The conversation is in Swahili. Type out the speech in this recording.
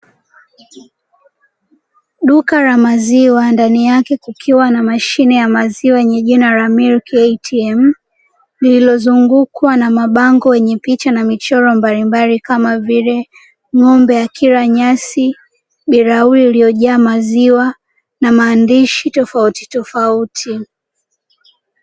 Duka la maziwa ndani yake kukiwa na mashine ya maziwa yenye jina ''Milk ATM'' lililozungukwa na mabango yenye picha na michoro mbalimbali kama vile ng'ombe akila nyasi, bilauri iliyojaa maziwa na maandishi tofautitofauti.